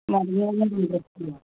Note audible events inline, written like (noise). (unintelligible) interest ഉണ്ടാവും